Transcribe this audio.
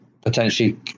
potentially